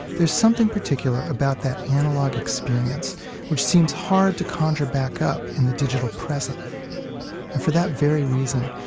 there's something particular about that analog experience which seems hard to conjure back up in the digital present. and for that very reason,